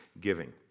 giving